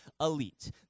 elite